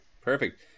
Perfect